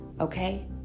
Okay